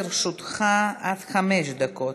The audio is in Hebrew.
לרשותך עד חמש דקות.